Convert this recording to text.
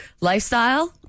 lifestyle